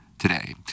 Today